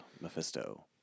Mephisto